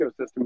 ecosystem